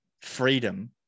freedom